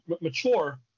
mature